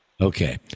Okay